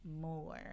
more